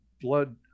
blood